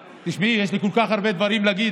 תשמעי, יש לי כל כך הרבה דברים להגיד.